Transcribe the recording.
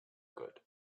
good